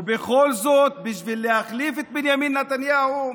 ובכל זאת, בשביל להחליף את בנימין נתניהו,